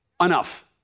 enough